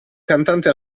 cantante